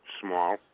small